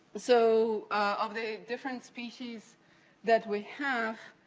so of the different species that we have,